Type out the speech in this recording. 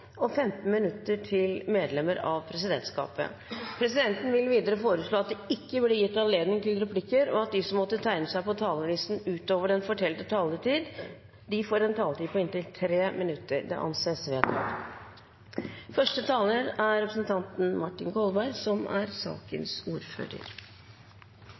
saksordføreren, 15 minutter til de øvrige partienes hovedtalspersoner og 15 minutter til medlemmer av presidentskapet. Presidenten vil videre foreslå at det ikke blir gitt anledning til replikker, og at de som måtte tegne seg på talerlisten utover den fordelte taletid, får en taletid på inntil 3 minutter. – Det anses vedtatt.